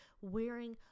wearing